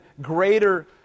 greater